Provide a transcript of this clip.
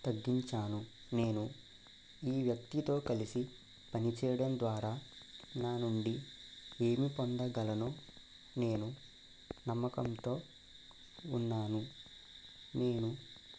తగ్గించాను నేను ఈ వ్యక్తితో కలిసి పనిచేయడం ద్వారా నా నుండి ఏమి పొందగలనో నేను నమ్మకంతో ఉన్నాను నేను